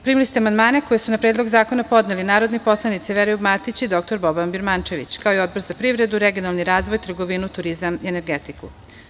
Primili ste amandmane koje su na Predlog zakona podneli narodni poslanici Veroljub Matić i dr Boban Birmančević, kao i Odbor za privredu, regionalni razvoj, trgovinu, turizam i energetiku.